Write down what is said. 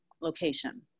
location